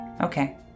Okay